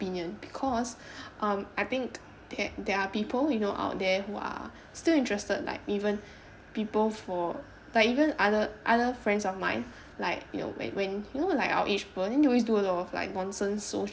opinion because um I think that there are people you know out there who are still interested like even people for like even other other friends of mine like you know when when you know like our age people they always do like nonsense social